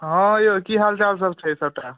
हँ यौ की हाल चाल सब छै सबटा